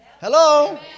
Hello